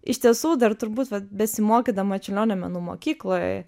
iš tiesų dar turbūt vat besimokydama čiulionio menų mokykloj